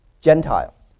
Gentiles